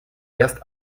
erst